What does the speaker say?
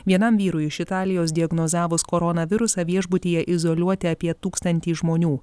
vienam vyrui iš italijos diagnozavus koronavirusą viešbutyje izoliuoti apie tūkstantį žmonių